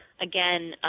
again